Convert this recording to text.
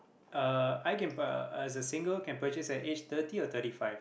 uh I can pur~ uh as a single can purchase at age thirty or thirty five